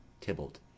Tybalt